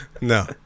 No